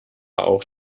auch